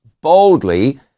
boldly